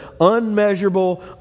unmeasurable